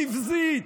נבזית,